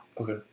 Okay